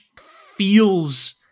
feels